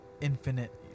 infinite